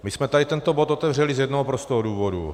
My jsme tento bod otevřeli z jednoho prostého důvodu.